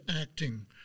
acting